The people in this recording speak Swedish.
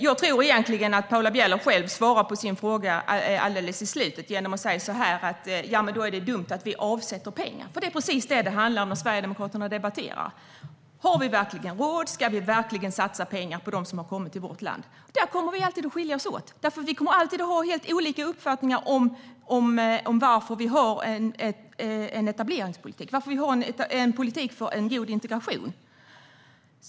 Jag tror egentligen att Paula Bieler svarar på sin egen fråga alldeles i slutet genom att säga att det är dumt att vi avsätter pengar. Det är precis detta det handlar om när Sverigedemokraterna debatterar: Har vi verkligen råd? Ska vi verkligen satsa pengar på dem som har kommit till vårt land? Där kommer vi alltid att skilja oss åt, för vi kommer alltid att ha helt olika uppfattningar om varför vi har en etableringspolitik och en politik för en god integration.